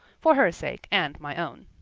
for her sake and my own.